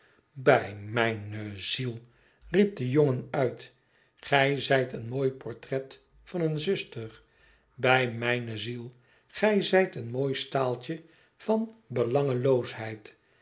bij mijne ziel riep de jongen uit gij zijt een mooi portret van n zuster bij mijne ziel gij zijt een mooi staaltje van